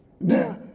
Now